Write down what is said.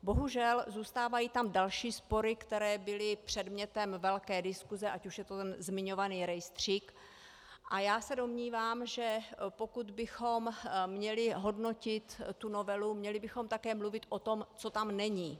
Bohužel, zůstávají tam další spory, které byly předmětem velké diskuse, ať už je to ten zmiňovaný rejstřík, a já se domnívám, že pokud bychom měli hodnotit tu novelu, měli bychom také mluvit o tom, co tam není.